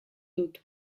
dut